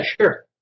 sure